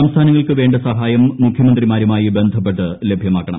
സംസ്ഥാനങ്ങൾക്ക് വേണ്ട സഹായം മുഖ്യമന്ത്രിമാരുമായി ബന്ധപ്പെട്ട് ലഭ്യമാക്കണം